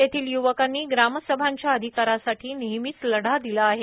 तेथील य्वकांनी ग्रामसभांच्या अधिकारासाठी नेहमीच लढा दिला आहे